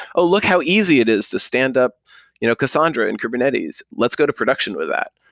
oh! look how easy it is to stand up you know cassandra in kubernetes. let's go to production with that.